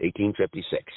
1856